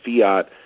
fiat